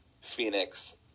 Phoenix